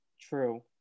True